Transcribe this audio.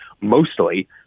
mostly